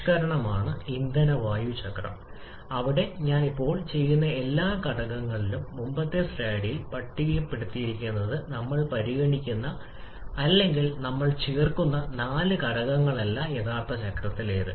അതിനാൽ തന്മാത്രകളുടെ എണ്ണത്തിൽ ഈ കൂട്ടിച്ചേർക്കൽ കാരണം സിസ്റ്റം മർദ്ദത്തിന് നേരിട്ട് കഴിയും r ഇഫക്റ്റ് പ്രാഥമികമായി നിങ്ങൾ ഒരു എടുക്കുകയാണെങ്കിൽ ചുരുക്കത്തിൽ നമ്മൾ തീർച്ചയായും അവ ഓരോന്നും പ്രത്യേകം ചർച്ച ചെയ്തിട്ടുണ്ട്